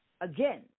again